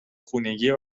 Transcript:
خونگیه